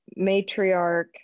matriarch